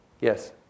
Yes